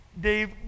Dave